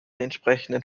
entsprechenden